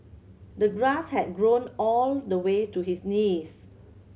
the grass had grown all the way to his knees